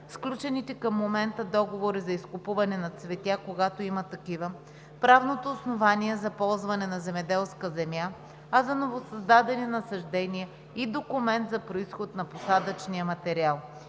сключените към момента договори за изкупуване на цвета, когато има такива, правното основание за ползване на земеделската земя, а за новосъздадени насаждения – и документ за произход на посадъчния материал.